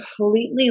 completely